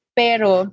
pero